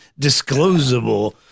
disclosable